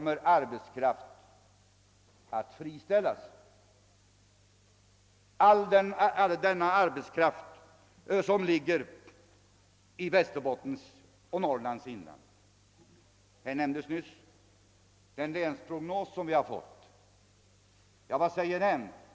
När så blir fallet kommer stora delar av arbetskraften i Västerbotten och Norrlands inland att friställas. Vad säger då den länsprognos vi fått och som här har omnämnts?